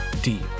deep